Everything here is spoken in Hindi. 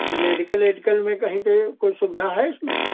मेडिकल एडिकल में कहीं पर कोई सुविधा है इसमें